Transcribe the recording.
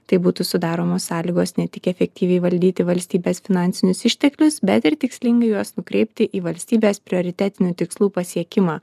taip būtų sudaromos sąlygos ne tik efektyviai valdyti valstybės finansinius išteklius bet ir tikslingai juos nukreipti į valstybės prioritetinių tikslų pasiekimą